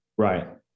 Right